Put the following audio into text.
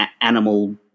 animal